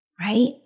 right